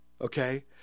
okay